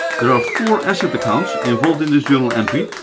there are four asset accounts involved in this journal entry,